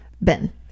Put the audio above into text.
Ben